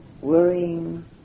worrying